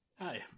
Hi